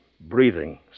breathing